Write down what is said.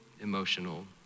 emotional